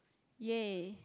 ya